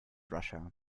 russia